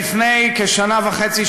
לפני כשנה וחצי,